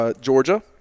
Georgia